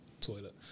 toilet